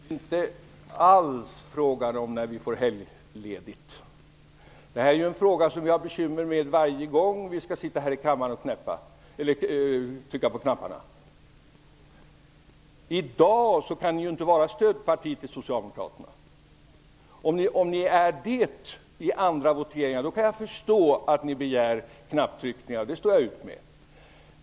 Fru talman! Det är inte alls fråga om när vi får helgledigt. Det gäller en fråga som vi har bekymmer med varje gång som vi skall trycka på knapparna här i kammaren. I dag kan ni inte vara stödparti till Socialdemokraterna. Om ni är det i andra voteringar, kan jag förstå att ni begär knapptryckningar, och det står jag ut med.